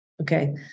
Okay